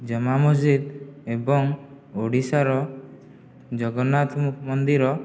ଜମାମୁଜିଦ୍ ଏବଂ ଓଡ଼ିଶାର ଜଗନ୍ନାଥ ମନ୍ଦିର